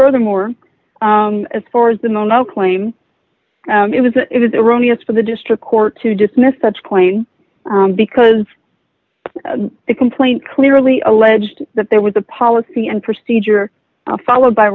furthermore as far as the mono claim it was it was erroneous for the district court to dismiss such coin because the complaint clearly alleged that there was a policy and procedure followed by